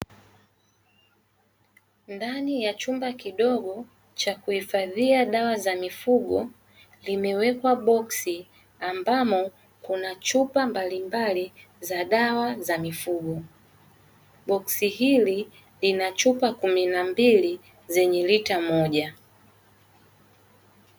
Ndani ya chumba kidogo cha kuhifadhia dawa za mifugo limewekwa boksi ambamo kuna chupa mbalimbali za dawa za mifugo. Boksi hili lina chupa kumi na mbili zenye lita moja.